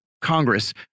Congress